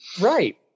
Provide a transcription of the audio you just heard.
Right